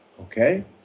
okay